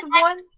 one